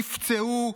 נפצעו,